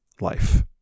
life